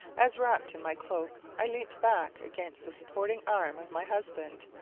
as, wrapped in my cloak, i leant back against the supporting arm of my husband,